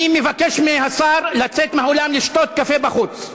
אני מבקש מהשר לצאת מהאולם לשתות קפה בחוץ.